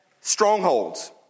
strongholds